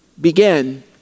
begin